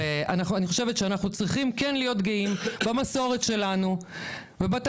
אני חושבת שאנחנו צריכים כן להיות גאים במסורת שלנו ובתרבות